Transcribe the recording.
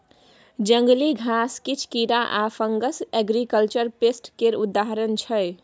जंगली घास, किछ कीरा आ फंगस एग्रीकल्चर पेस्ट केर उदाहरण छै